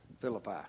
Philippi